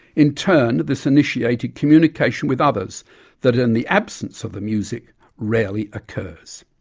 in turn this initiated communication with others that in the absence of the music rarely occurs.